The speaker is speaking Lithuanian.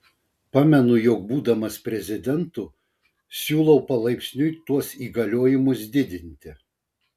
pamenu jog būdamas prezidentu siūlau palaipsniui tuos įgaliojimus didinti